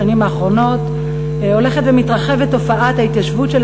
בשנים האחרונות הולכת ומתרחבת תופעת ההתיישבות של